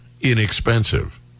inexpensive